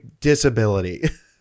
disability